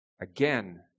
again